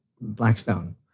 Blackstone